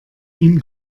ihn